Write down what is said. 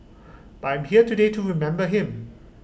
but I'm here today to remember him